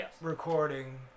recording